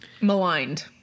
maligned